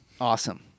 Awesome